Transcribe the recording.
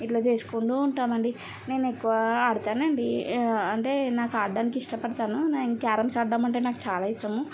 ఇట్లా చేసుకుంటూ ఉంటామండీ నేను ఎక్కువ ఆడతానండి అంటే నాకు ఆడడానికి ఇష్టపడతాను నేను క్యారమ్స్ ఆడడం అంటే నాకు చాలా ఇష్టము